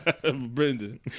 Brendan